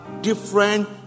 different